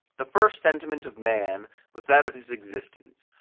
the first sentiment of man was that of his existence,